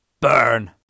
burn